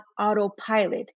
autopilot